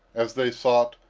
as they sought,